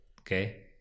Okay